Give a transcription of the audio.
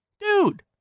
Dude